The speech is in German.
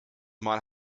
mal